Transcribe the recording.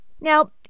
Now